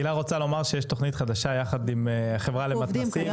הילה רוצה לומר שיש תוכנית חדשה יחד עם החברה למתנ"סים.